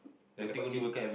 then the Pakcik